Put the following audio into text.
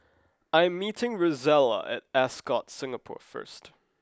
I'm meeting Rozella I at Ascott Singapore first